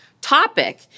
topic